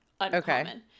uncommon